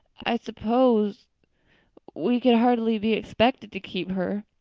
i suppose we could hardly be expected to keep her.